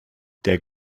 der